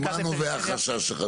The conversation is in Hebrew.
ממה נובע החשש שלך?